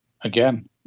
again